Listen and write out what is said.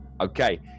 Okay